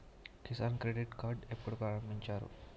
Kisan credit card ఎప్పుడు ప్రారంభించారు?